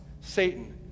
Satan